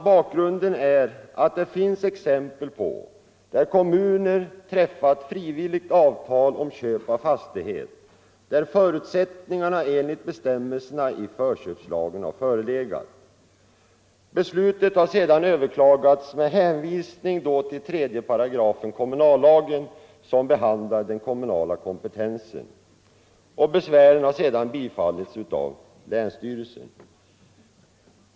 Bakgrunden är att det finns exempel på att kommuner har träffat frivilligt avtal om köp av fastighet där förutsättningarna enligt bestämmelserna i förköpslagen har förelegat. Beslutet har sedan överklagats med hänvisning till 3 § kommunallagen, som behandlar den kommunala kompetensen, och besväret har bifallits av länsstyrelsen.